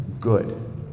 good